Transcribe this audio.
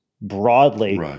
broadly